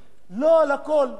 עכשיו הוא ישלם רק על הרווחים.